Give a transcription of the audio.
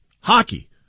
hockey